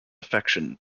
affection